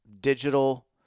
digital